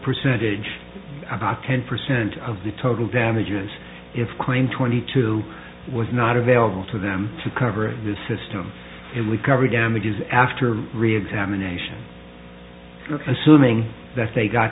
percentage about ten percent of the total damages if claim twenty two was not available to them to cover the system and we cover damages after reexamination assuming that they got